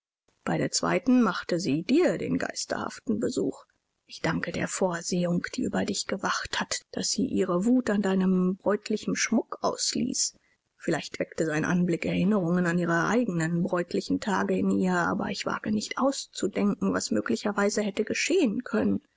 bei der zweiten machte sie dir den geisterhaften besuch ich danke der vorsehung die über dir gewacht hat daß sie ihre wut an deinem bräutlichen schmuck ausließ vielleicht weckte sein anblick erinnerungen an ihre eigenen bräutlichen tage in ihr aber ich wage nicht auszudenken was möglicherweise hätte geschehen können